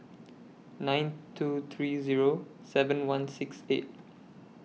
nine two three Zero seven one six eight